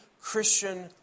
Christian